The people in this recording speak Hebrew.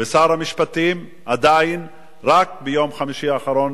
ושר המשפטים, עדיין רק ביום חמישי האחרון,